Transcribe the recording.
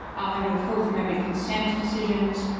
um under the fourth amendment consent decisions,